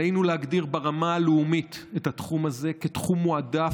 עלינו להגדיר ברמה הלאומית את התחום הזה כתחום מועדף,